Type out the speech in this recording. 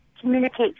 communicate